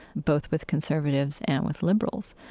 both with conservatives and with liberals,